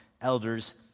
elders